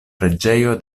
preĝejo